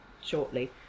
shortly